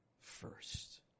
first